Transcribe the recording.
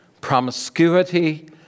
promiscuity